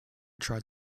tried